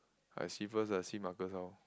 I see first ah see Marcus how